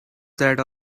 that